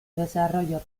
desarrollo